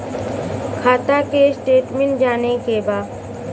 खाता के स्टेटमेंट जाने के बा?